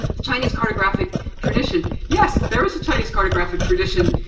chinese cartographic tradition. yes, there was a chinese cardiographic tradition.